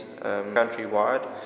countrywide